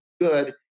good